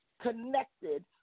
connected